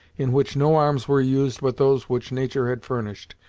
in which no arms were used but those which nature had furnished,